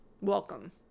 Welcome